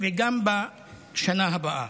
וגם בשנה הבאה.